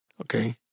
Okay